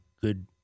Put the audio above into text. good